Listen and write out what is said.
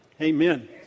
Amen